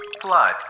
Flood